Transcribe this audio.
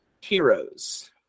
heroes